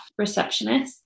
receptionists